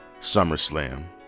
SummerSlam